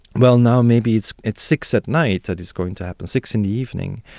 well now maybe it's it's six at night that it's going to happen, six in the evening.